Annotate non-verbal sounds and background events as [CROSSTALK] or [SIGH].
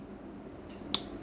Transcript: [NOISE]